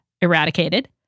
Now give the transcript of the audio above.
eradicated